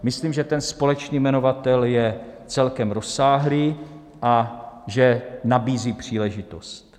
Myslím, že ten společný jmenovatel je celkem rozsáhlý a že nabízí příležitost.